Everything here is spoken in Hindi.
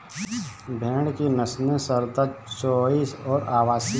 भेड़ की नस्लें सारदा, चोइस और अवासी हैं